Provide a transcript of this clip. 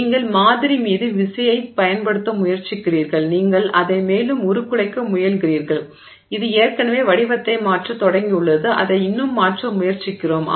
நீங்கள் மாதிரி மீது விசையைப் பயன்படுத்த முயற்சிக்கிறீர்கள் நீங்கள் அதை மேலும் உருக்குலைக்க முயல்கிறீர்கள் இது ஏற்கனவே வடிவத்தை மாற்றத் தொடங்கியுள்ளது அதை இன்னும் மாற்ற முயற்சிக்கிறோம்